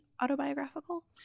autobiographical